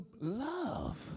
love